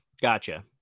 Gotcha